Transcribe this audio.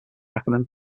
recommend